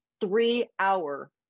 three-hour